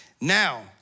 Now